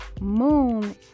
moon